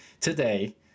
today